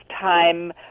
time